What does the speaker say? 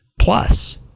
plus